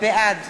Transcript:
בעד